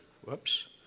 whoops